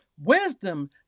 wisdom